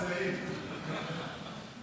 סעיפים 1 2 אושרו.